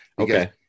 Okay